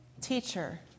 Teacher